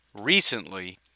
recently